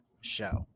show